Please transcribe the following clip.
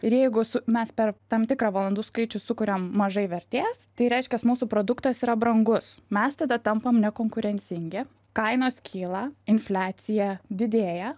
ir jeigu su mes per tam tikrą valandų skaičių sukuriam mažai vertės tai reiškias mūsų produktas yra brangus mes tada tampam nekonkurencingi kainos kyla infliacija didėja